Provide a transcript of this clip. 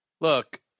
Look